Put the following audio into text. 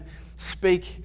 speak